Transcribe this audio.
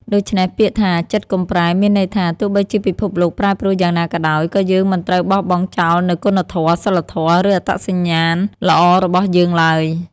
ដូច្នេះពាក្យថា "ចិត្តកុំប្រែ" មានន័យថា ទោះបីជាពិភពលោកប្រែប្រួលយ៉ាងណាក៏ដោយ ក៏យើង មិនត្រូវបោះបង់ចោលនូវគុណធម៌ សីលធម៌ ឬអត្តសញ្ញាណល្អ របស់យើងឡើយ។